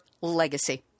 legacy